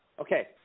Okay